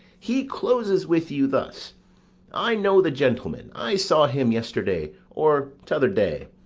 he closes with you thus i know the gentleman i saw him yesterday, or t'other day,